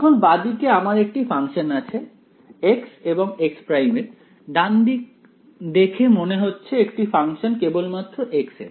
এখন বাঁদিকে আমার একটি ফাংশন আছে x এবং x' এর ডান দিক দেখে মনে হচ্ছে একটি ফাংশন কেবলমাত্র x এর